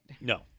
No